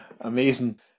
Amazing